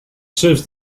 serves